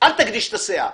אל תגדיש את הסאה,